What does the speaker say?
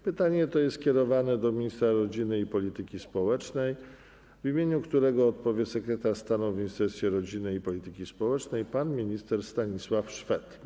Pytanie to jest skierowane do ministra rodziny i polityki społecznej, w którego imieniu odpowie sekretarz stanu w Ministerstwie Rodziny i Polityki Społecznej pan minister Stanisław Szwed.